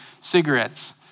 cigarettes